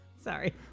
Sorry